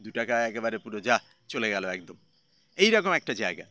দু টাকা একেবারে পুরো যা চলে গেল একদম এই রকম একটা জায়গা